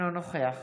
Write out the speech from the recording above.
אינו נוכח